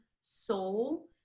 soul